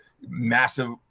massive